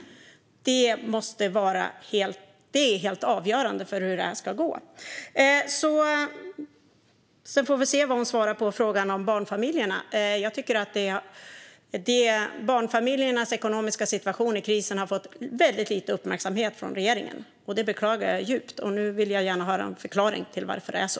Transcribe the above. Det är helt avgörande för hur detta ska gå. Vi får se vad Karolina Skog svarar på frågan om barnfamiljerna. Jag tycker att barnfamiljernas ekonomiska situation i krisen har fått väldigt lite uppmärksamhet från regeringen. Det beklagar jag djupt, och nu vill jag gärna höra en förklaring till varför det är så.